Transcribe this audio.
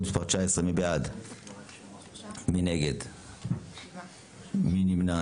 7. מי נמנע?